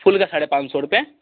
फूल का साढ़े पान सौ रुपये